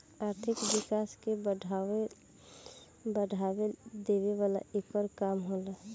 आर्थिक विकास के बढ़ावा देवेला एकर काम होला